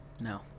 No